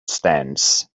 stands